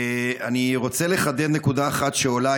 אני רוצה לחדד נקודה אחת שעולה,